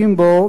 עוסקים בו,